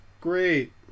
Great